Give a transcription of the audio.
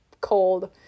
cold